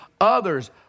others